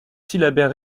syllabaire